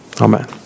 Amen